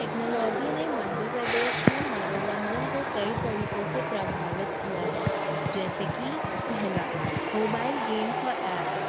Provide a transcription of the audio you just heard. technology ने मध्य प्रदेश में मनोरंजन को कई तरीकों से प्रभावित किया है जैसे कि पहला मोबाइल गेम्स और ऐप्स